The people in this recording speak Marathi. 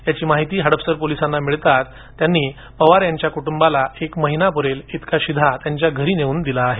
याची माहिती हडपसर पोलिसांना मिळताच त्यांनी पवार यांच्या कुटुंबाला एक महिना प्रेल इतका शीधा त्यांच्या घरी नेवून दिला आहे